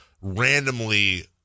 randomly –